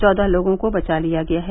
चौदह लोगों को बचा लिया गया है